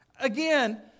Again